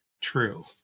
true